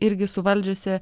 irgi suvaldžiusi